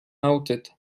noted